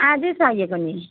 आजै चाहिएको नि